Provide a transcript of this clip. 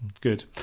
Good